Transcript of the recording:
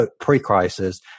pre-crisis